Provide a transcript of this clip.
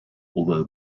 although